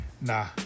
Nah